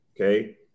okay